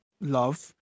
love